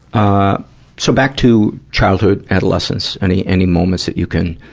ah so, back to childhood, adolescence. any, any moments that you can,